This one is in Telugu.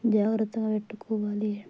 జాగ్రత్తగా పెట్టుకోవాలి